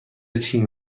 چین